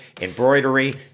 embroidery